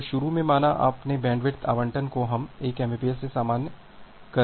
तो शुरू में माना अपने बैंडविड्थ आवंटन को हम 1 एमबीपीएस में सामान्य कर रहे हैं